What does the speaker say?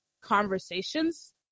conversations